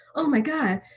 oh my god!